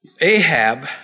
Ahab